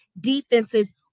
defenses